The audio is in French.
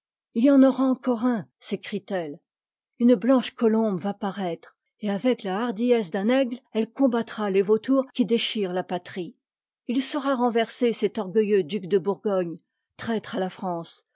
il y en aura encore un sécrie t elle une blanche colombe va paraître et avec la hardiesse d'un aigle elle combattra les vautours qui déchirent ta patrie il sera renversé cet orgueilleux duc de bourgogne traître à la france